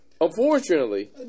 Unfortunately